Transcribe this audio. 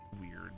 weird